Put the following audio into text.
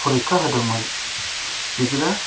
फरिख्खा होदोंमोन बिदिरा